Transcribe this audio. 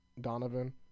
Donovan